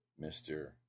Mr